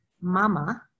mama